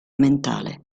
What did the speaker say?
mentale